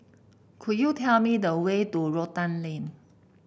could you tell me the way to Rotan Lane